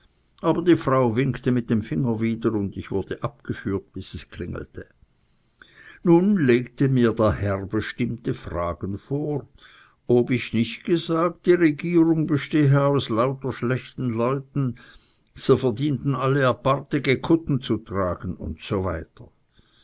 aber die frau winkte mit dem finger wieder und ich wurde abgeführt bis es klingelte nun legte der herr mir bestimmte fragen vor ob ich nicht gesagt die regierung bestehe aus lauter schlechten leuten sie verdienten alle apartige kutten zu tragen usw